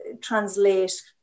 translate